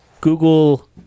Google